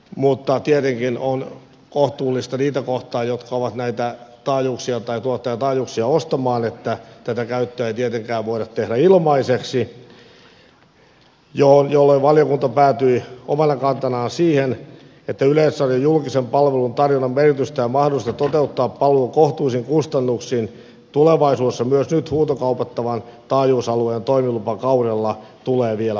mutta tietenkin on kohtuullista niitä kohtaan jotka ovat näitä tuettuja taajuuksia ostamassa että tätä käyttöä ei tietenkään voida tehdä ilmaiseksi jolloin valiokunta päätyi omana kantanaan siihen että yleisradion julkisen palvelun tarjonnan merkitystä ja mahdollisuutta toteuttaa palvelu kohtuullisin kustannuksin tulevaisuudessa myös nyt huutokaupattavan taajuusalueen toimilupakaudella tulee vielä harkita